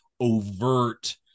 overt